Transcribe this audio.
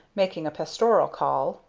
making a pastorial call.